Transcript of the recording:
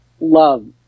love